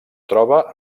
troba